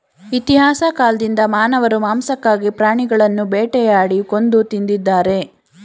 ಇತಿಹಾಸ ಕಾಲ್ದಿಂದ ಮಾನವರು ಮಾಂಸಕ್ಕಾಗಿ ಪ್ರಾಣಿಗಳನ್ನು ಬೇಟೆಯಾಡಿ ಕೊಂದು ತಿಂದಿದ್ದಾರೆ